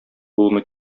булмый